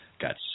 got